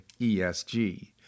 ESG